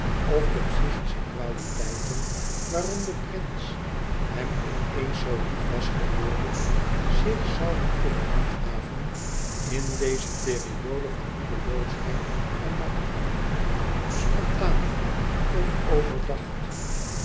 of de psychische kwaliteiten waarom de prins hem in eens zoo lief was geworden zich zouden kunnen handhaven in deze periode van moedeloosheid en matheid spontaan onoverdacht